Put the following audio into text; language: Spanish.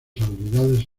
habilidades